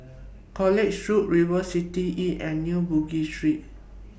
College Road River City Inn and New Bugis Street